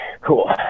cool